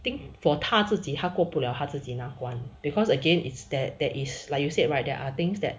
I think for 他自己他过不了他自己难关 because again is that there is like you said right there are things that